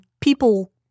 people